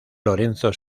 lorenzo